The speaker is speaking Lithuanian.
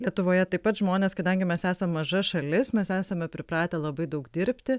lietuvoje taip pat žmonės kadangi mes esam maža šalis mes esame pripratę labai daug dirbti